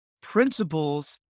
principles